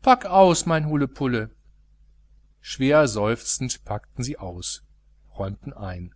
pack aus mein hulle pulle schwer seufzend packten sie aus räumten ein